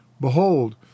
Behold